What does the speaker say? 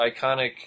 iconic